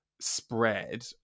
spread